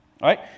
right